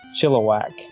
Chilliwack